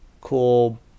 cool